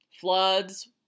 floods